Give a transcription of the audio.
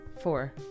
Four